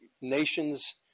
nations